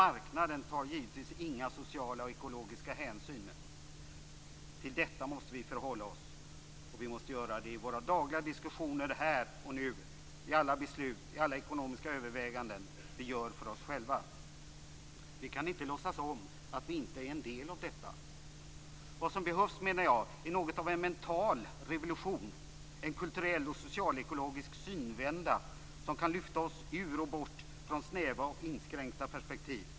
Marknaden tar givetvis inga ekologiska och sociala hänsyn. Till detta måste vi förhålla oss i våra dagliga diskussioner här och nu i alla beslut och vid alla ekonomiska överväganden. Vi kan inte låtsas om att vi inte är en del av detta. Vad som behövs är något av en mental revolution, en kulturell och socialekologisk synvända som kan lyfta oss ur och bort från snäva och inskränkta perspektiv.